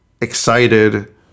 excited